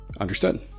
Understood